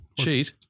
Cheat